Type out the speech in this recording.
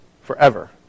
forever